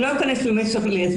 לא אכנס לזמנים.